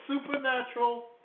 supernatural